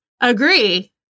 Agree